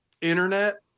internet